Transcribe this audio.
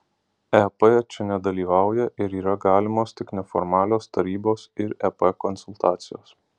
ep čia nedalyvauja ir yra galimos tik neformalios tarybos ir ep konsultacijos